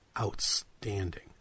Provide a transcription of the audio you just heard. outstanding